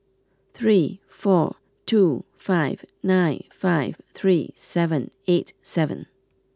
three four two five nine five three seven eight seven